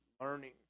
learning